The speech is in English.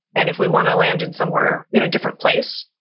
and if we want to land in somewhere in a different place,